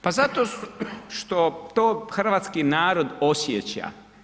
Pa zato što to hrvatski narod osjeća.